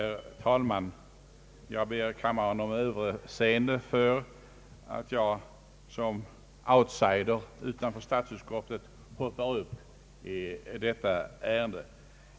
Herr talman! Jag ber kammaren om överseende för att jag som outsider utanför statsutskottet hoppar upp i detta ärende.